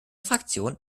fraktion